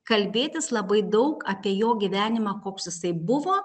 kalbėtis labai daug apie jo gyvenimą koks jisai buvo